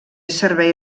servei